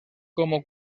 como